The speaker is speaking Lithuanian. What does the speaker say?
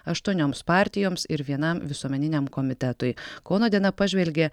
aštuonioms partijoms ir vienam visuomeniniam komitetui kauno diena pažvelgė